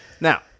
Now